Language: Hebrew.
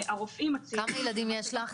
כמה ילדים יש לך?